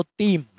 team